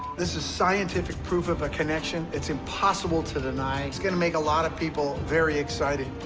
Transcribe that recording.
this is scientific proof of a connection. it's impossible to deny. it's going to make a lot of people very excited.